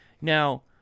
Now